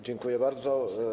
Dziękuję bardzo.